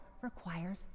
requires